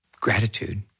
Gratitude